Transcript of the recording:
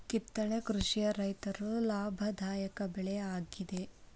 ಕಿತ್ತಳೆ ಕೃಷಿಯ ರೈತರು ಲಾಭದಾಯಕ ಬೆಳೆ ಯಾಗಿದೆ